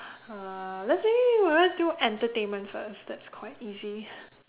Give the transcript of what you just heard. uh let's !yay! let's do entertainment first that's quite easy